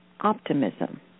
optimism